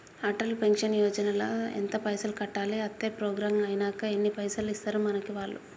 Atal pension Yojana ల ఎంత పైసల్ కట్టాలి? అత్తే ప్రోగ్రాం ఐనాక ఎన్ని పైసల్ ఇస్తరు మనకి వాళ్లు?